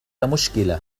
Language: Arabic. مشكلة